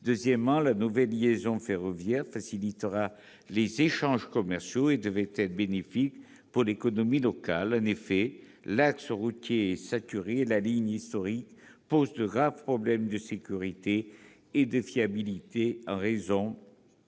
Deuxièmement, la nouvelle liaison ferroviaire facilitera les échanges commerciaux et devrait être bénéfique pour l'économie locale. En effet, l'axe routier est saturé et la ligne historique pose de graves problèmes de sécurité et de fiabilité en raison